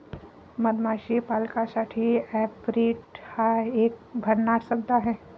मधमाशी पालकासाठी ऍपेरिट हा एक भन्नाट शब्द आहे